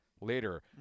later